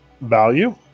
value